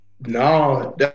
no